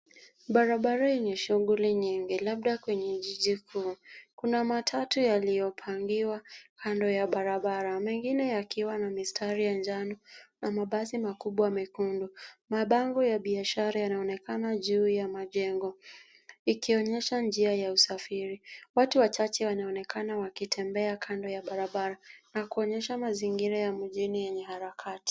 Barabara yenye shughuli nyingi labda kwenye jiji kuu. Kuna matatu yaliyopangiwa kando ya barabara, mengine yakiwa na mistari ya njano na mabasi makubwa mekundu. Mabango ya biashara yanaonekana juu ya majengo, ikionyesha njia ya usafiri. Watu wachache wanaonekana wakitembea kando ya barabara na kuonyesha mazingira ya mjini yenye harakati.